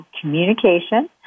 communication